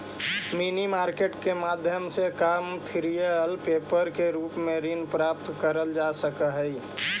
money market के माध्यम से कमर्शियल पेपर के रूप में ऋण प्राप्त कईल जा सकऽ हई